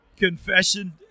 confession